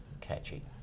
Catchy